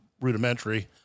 rudimentary